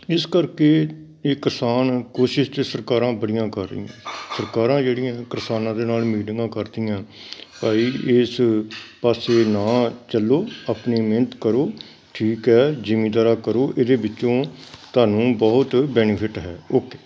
ਇਸ ਕਰਕੇ ਇਹ ਕਿਸਾਨ ਕੋਸ਼ਿਸ਼ ਤਾਂ ਸਰਕਾਰਾਂ ਬੜੀਆਂ ਕਰ ਰਹੀਆਂ ਸਰਕਾਰਾਂ ਜਿਹੜੀਆਂ ਕਿਸਾਨਾਂ ਦੇ ਨਾਲ ਮੀਟਿੰਗਾਂ ਕਰਦੀਆਂ ਭਾਈ ਇਸ ਪਾਸੇ ਨਾ ਚੱਲੋ ਆਪਣੀ ਮਿਹਨਤ ਕਰੋ ਠੀਕ ਹੈ ਜ਼ਿਮੀਦਾਰਾ ਕਰੋ ਇਹਦੇ ਵਿੱਚੋਂ ਤੁਹਾਨੂੰ ਬਹੁਤ ਬੈਨੀਫਿਟ ਹੈ ਓਕੇ